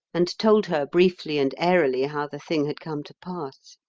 and told her briefly and airily how the thing had come to pass.